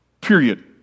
Period